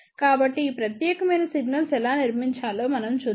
కాబట్టి ఈ ప్రత్యేకమైన సిగ్నల్స్ ఎలా నిర్మించాలో మనం చూద్దాం